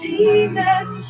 Jesus